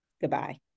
goodbye